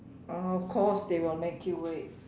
of course they will make you wait